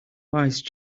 wise